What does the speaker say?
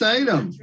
item